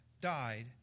died